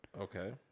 Okay